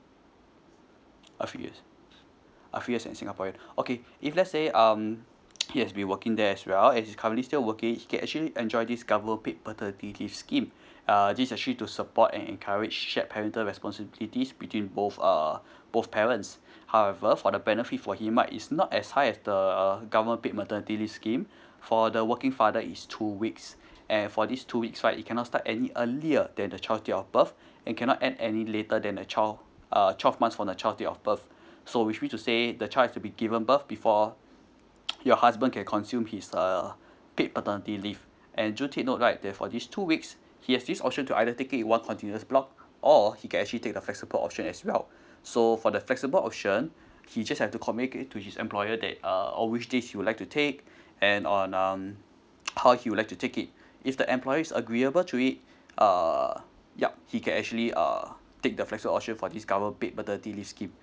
and singaporean okay if lets say um he has been working there as well as he currently still working he can actually enjoy this government paid paternity leave scheme uh this actually to support and encourage shared parental responsibilities between both err both parents however for the benefit for him right is not as high as the government paid maternity leave scheme for the working father is two weeks and for these two weeks right he cannot start any earlier than the child date of birth and cannot end any later than the child uh twelve months from the child date of birth so which means to say the child has to be given birth before your husband can consume his err paid paternity leave and do take note right therefore these two weeks he has this option to either take it in one continuous block or he can actually take the flexible option as well so for the flexible option he just have to communicate to his employer that uh on which date he would like to take and on um how he would like to take it if the employers agreeable to it uh yup he can actually uh take the flexible option for this government paid paternity leave scheme